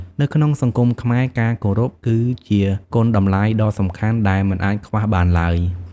នៅក្នុងសង្គមខ្មែរ ការគោរពគឺជាគុណតម្លៃដ៏សំខាន់ដែលមិនអាចខ្វះបានឡើយ។